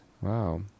wow